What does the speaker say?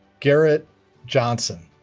garrett johnson